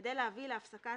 לא תהיה סגירה הרמטית של העסק.